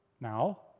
now